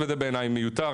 וזה בעיניי מיותר.